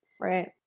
Right